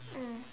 mm